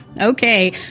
Okay